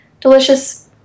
delicious